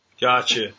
Gotcha